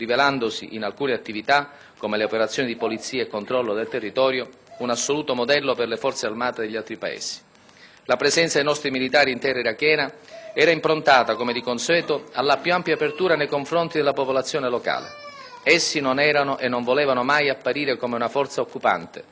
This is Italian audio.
La presenza dei nostri militari in terra irachena era improntata, come di consueto, alla più ampia apertura verso la popolazione locale. Essi non erano e non volevano mai apparire come una forza occupante, rinchiusa nel suo fortino ai margini dell'abitato, ma come una presenza discreta e dialogante, fianco a fianco con la gente del luogo.